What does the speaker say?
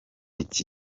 iki